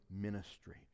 ministry